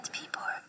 people